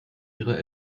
ihre